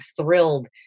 thrilled